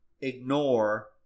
ignore